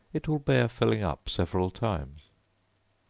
it will bear filling up several times.